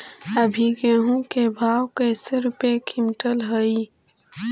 अभी गेहूं के भाव कैसे रूपये क्विंटल हई?